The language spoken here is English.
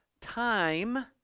time